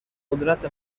قدرت